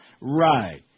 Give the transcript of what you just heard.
Right